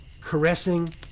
caressing